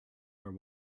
are